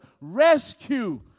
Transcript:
rescue